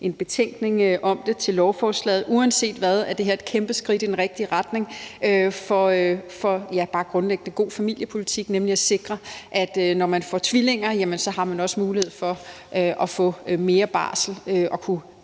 en betænkning om det til lovforslaget. Uanset hvad det her er et kæmpe skridt i den rigtige retning for bare grundlæggende god familiepolitik, nemlig at sikre, at når man får tvillinger, har man også mulighed for at få mere barsel og kunne